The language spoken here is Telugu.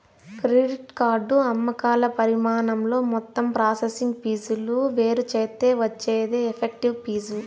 క్రెడిట్ కార్డు అమ్మకాల పరిమాణంతో మొత్తం ప్రాసెసింగ్ ఫీజులు వేరుచేత్తే వచ్చేదే ఎఫెక్టివ్ ఫీజు